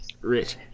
Rich